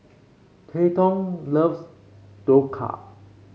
Treyton loves Dhokla